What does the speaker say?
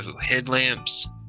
headlamps